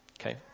Okay